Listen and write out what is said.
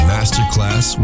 Masterclass